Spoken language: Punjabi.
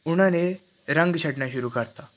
ਉਹਨਾਂ ਨੇ ਰੰਗ ਛੱਡਣਾ ਸ਼ੁਰੂ ਕਰ ਤਾ